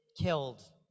killed